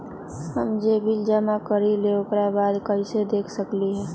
हम जे बिल जमा करईले ओकरा बाद में कैसे देख सकलि ह?